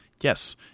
Yes